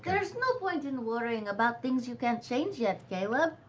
there's no point in worrying about things you can't change yet, caleb.